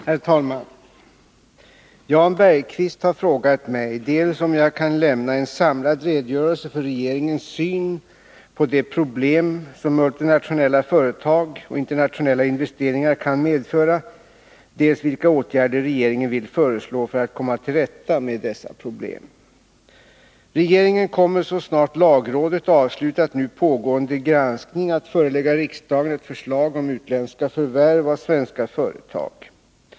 Herr talman! Jan Bergqvist har frågat mig dels om jag kan lämna en samlad redogörelse för regeringens syn på de problem som multinationella företag och internationella investeringar kan:medföra, dels vilka åtgärder regeringen vill föreslå för att komma till rätta med dessa problem. Regeringen kommer så snart lagrådet avslutat nu pågående granskning att förelägga riksdagen ett förslag om utländska förvärv av svenska företag.